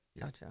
Gotcha